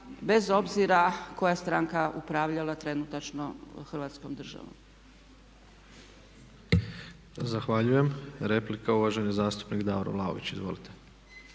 bez obzira koja stranka upravljala trenutačno Hrvatskom državom. **Tepeš, Ivan (HSP AS)** Zahvaljujem. Replika, uvaženi zastupnik Davor Vlaović. Izvolite.